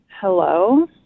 Hello